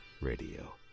Radio